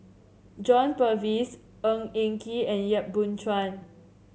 John Purvis Ng Eng Kee and Yap Boon Chuan